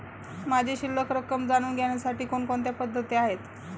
माझी शिल्लक रक्कम जाणून घेण्यासाठी कोणकोणत्या पद्धती आहेत?